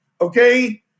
okay